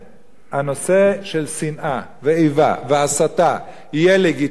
הנושא של שנאה ואיבה והסתה יהיה לגיטימי,